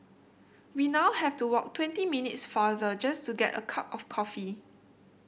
we now have to walk twenty minutes farther just to get a cup of coffee